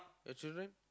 your children